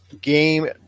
game